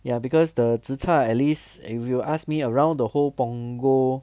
ya because the zi char at least if you ask me around the whole punggol